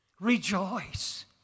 Rejoice